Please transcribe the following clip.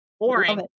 Boring